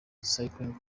cycling